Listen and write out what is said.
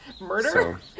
Murder